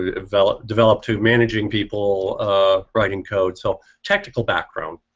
ah developed developed to managing people writing codes so. technical background.